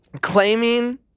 claiming